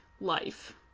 life